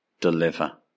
deliver